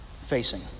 facing